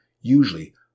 usually